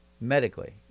medically